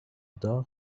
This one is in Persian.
داغ